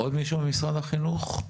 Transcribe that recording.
עוד מישהו ממשרד החינוך?